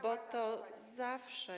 bo to zawsze.